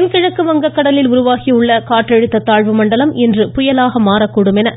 தென்கிழக்கு வங்கக் கடலில் உருவாகியுள்ள காற்றழுத்த தாழ்வு மண்டலம் இன்று புயலாக மாறக்கூடும் என்று